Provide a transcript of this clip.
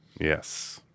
Yes